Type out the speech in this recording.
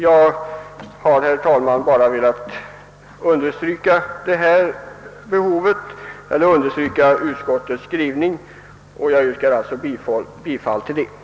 Jag har, herr talman, bara velat understryka utskottets skrivning och det behov som föreligger. Jag yrkar bifall till utskottets hemställan.